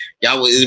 Y'all